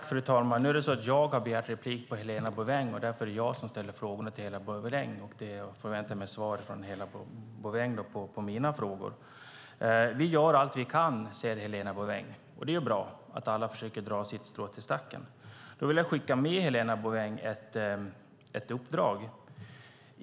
Fru talman! Nu är det jag som har begärt replik på Helena Bouveng. Därför är det jag som ställer frågorna, och jag förväntar mig svar från Helena Bouveng på mina frågor. Vi gör allt vi kan, säger Helena Bouveng. Det är ju bra att alla försöker dra sitt strå till stacken. Jag vill skicka med Helena Bouveng ett uppdrag.